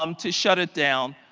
um to shut it down.